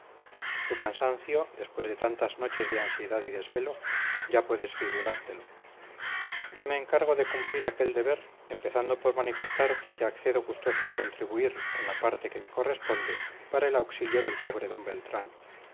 su cansancio después de tantas noches de ansiedad y desvelo ya puedes figurártelo yo me encargo de cumplir aquel deber empezando por manifestarte que accedo gustoso a contribuir en la parte que me corresponde para el auxilio del pobre d beltrán